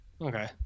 Okay